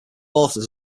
authors